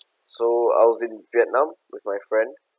so I was in vietnam with my friend